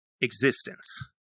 existence